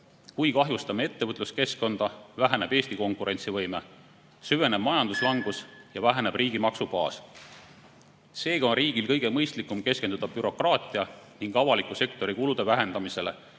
Kui kahjustame ettevõtluskeskkonda, väheneb Eesti konkurentsivõime, süveneb majanduslangus ja väheneb riigi maksubaas. Seega on riigil kõige mõistlikum keskenduda bürokraatia ning avaliku sektori kulude vähendamisele